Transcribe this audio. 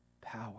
power